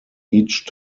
each